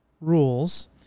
rules